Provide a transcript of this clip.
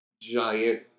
giant